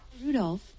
Rudolph